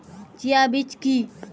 Chia বীজ কী?